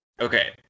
Okay